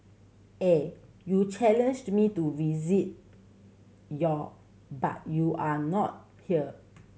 eh you challenged me to visit your but you are not here